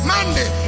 Monday